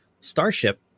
Starship